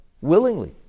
Willingly